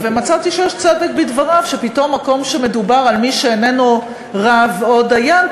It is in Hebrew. ומצאתי שיש צדק בדבריו שפתאום מקום שמדובר על מי שאיננו רב או דיין,